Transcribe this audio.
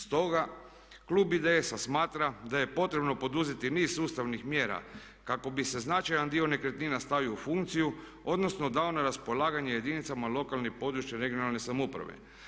Stoga klub IDS-a smatra da je potrebno poduzeti niz sustavnih mjera kako bi se značajan dio nekretnina stavio u funkciju, odnosno dao na raspolaganje jedinicama lokalne i područne (regionalne) samouprave.